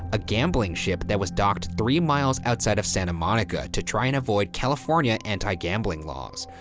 a gambling ship that was docked three miles outside of santa monica to try and avoid california anti-gambling laws.